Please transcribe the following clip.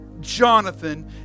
Jonathan